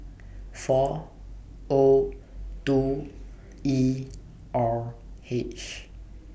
four O two E R H